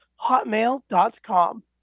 hotmail.com